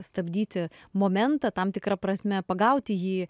stabdyti momentą tam tikra prasme pagauti jį